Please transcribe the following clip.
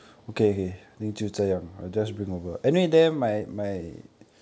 mm